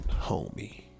homie